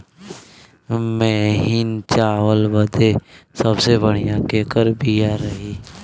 महीन चावल बदे सबसे बढ़िया केकर बिया रही?